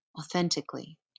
authentically